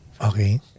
Okay